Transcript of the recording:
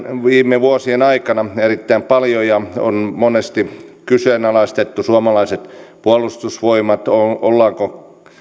viime vuosien aikana erittäin paljon ja on monesti kyseenalaistettu suomalaiset puolustusvoimat ollaanko